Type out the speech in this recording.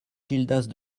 gildas